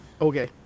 Okay